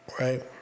right